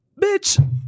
bitch